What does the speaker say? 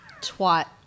Twat